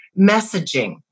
messaging